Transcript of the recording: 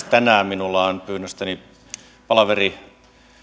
tänään minulla on pyynnöstäni palaveri